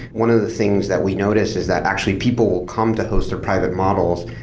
one of the things that we notice is that actually people will come to host their private models,